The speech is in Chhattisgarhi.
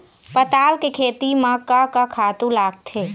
पताल के खेती म का का खातू लागथे?